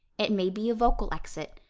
it may be a vocal exit,